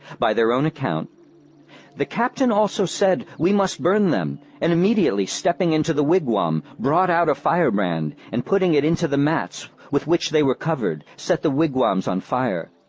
by their own account the captain also said, we must burn them and immediately stepping into the wigwam brought out a fire brand, and putting it into the maits with which they were covered, set the wigwams on fire.